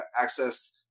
Access